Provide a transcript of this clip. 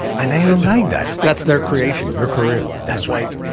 and i hope like that that's their creation your career. that's right.